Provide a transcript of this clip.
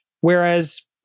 Whereas